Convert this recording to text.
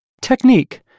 Technique